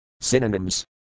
Synonyms